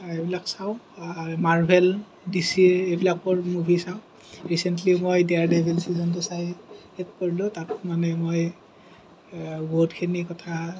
এইবিলাক চাওঁ মাৰভেল ডিচে এইবিলাকৰ মুভি চাওঁ ৰিচেণ্টলি মই ডেয়াৰ ডেভিল চিজনটো চাই মই শেষ কৰিলো তাত মানে মই বহুতখিনি কথা